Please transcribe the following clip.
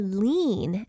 lean